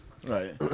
Right